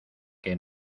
que